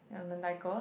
yeah mentaiko